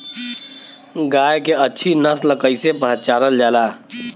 गाय के अच्छी नस्ल कइसे पहचानल जाला?